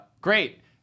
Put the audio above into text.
Great